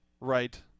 right